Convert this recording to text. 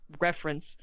reference